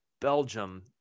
belgium